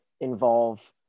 involve